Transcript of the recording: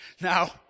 now